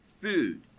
food